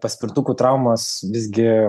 paspirtukų traumos visgi